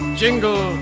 jingle